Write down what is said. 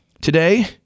today